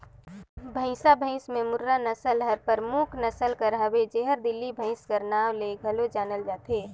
भंइसा भंइस में मुर्रा नसल हर परमुख नसल कर हवे जेहर दिल्ली भंइस कर नांव ले घलो जानल जाथे